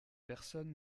personne